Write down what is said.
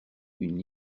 une